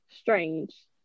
strange